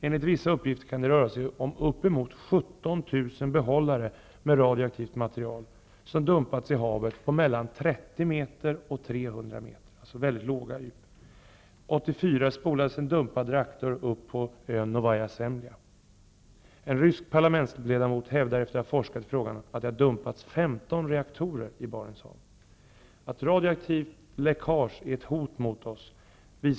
Enligt vissa uppgifter kan det röra sig om uppemot 17 000 behållare med radioaktivt material som dumpats i havet på 30--300 meters djup. 1984 spolades en dumpad reaktor upp på ön Novaja Zemlja. En rysk parlamentsledamot hävdar, efter att ha forskat i frågan, att det har dumpats 15 reaktorer i Barents hav. Radioaktivt läckage är ett hot mot oss.